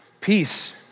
Peace